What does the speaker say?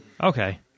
Okay